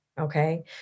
Okay